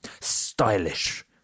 stylish